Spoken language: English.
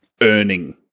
earning